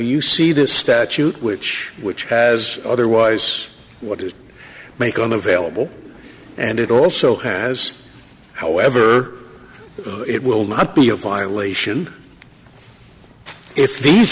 you see this statute which which has otherwise what it may come available and it also has however it will not be a violation if these